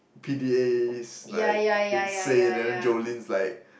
P_D_As like insane and then Jolene's like